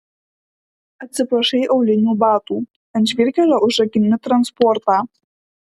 atsiprašai aulinių batų ant žvyrkelio užrakini transportą